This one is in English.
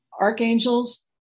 archangels